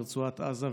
ברצועת עזה,